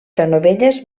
canovelles